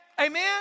Amen